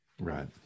Right